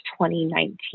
2019